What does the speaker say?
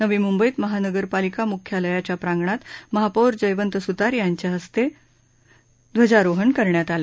नवी मुंबईत महानगरपालिका मुख्यालयाच्या प्रांगणात महापौर जयवंत सुतार यांच्या हस्ते ध्वजारोहण झालं